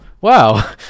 wow